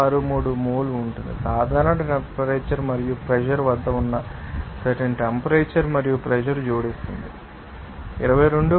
63 mole ఉంటుంది సాధారణ temperature మరియు ప్రెషర్ వద్ద ఉన్న సర్టెన్ టెంపరేచర్ మరియు ప్రెషర్ జోడిస్తుంది 22